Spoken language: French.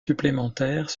supplémentaires